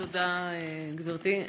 תודה, גברתי.